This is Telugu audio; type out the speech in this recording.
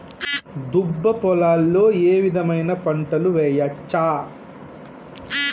దుబ్బ పొలాల్లో ఏ విధమైన పంటలు వేయచ్చా?